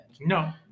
No